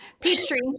Peachtree